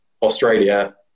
Australia